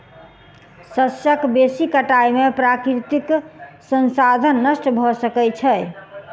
शस्यक बेसी कटाई से प्राकृतिक संसाधन नष्ट भ सकै छै